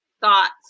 thoughts